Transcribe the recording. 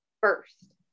first